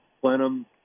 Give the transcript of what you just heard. plenum